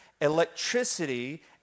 Electricity